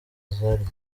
zari